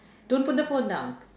don't put the phone down